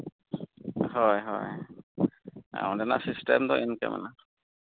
ᱦᱳᱭ ᱦᱳᱭ ᱚᱸᱰᱮᱱᱟᱜ ᱥᱤᱥᱴᱮᱢ ᱫᱚ ᱤᱱᱠᱟᱹ ᱢᱮᱱᱟᱜᱼᱟ